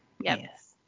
yes